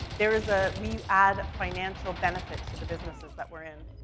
there is a we add financial benefit to the businesses that we're in.